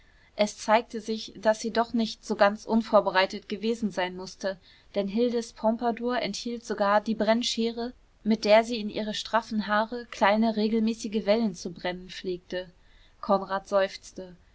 es zeigte sich daß sie doch nicht so ganz unvorbereitet gewesen sein mußte denn hildes pompadour enthielt sogar die brennschere mit der sie in ihre straffen haare kleine regelmäßige wellen zu brennen pflegte konrad seufzte